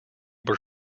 were